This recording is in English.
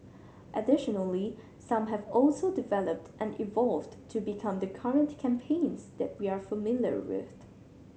additionally some have also developed and evolved to become the current campaigns that we are familiar with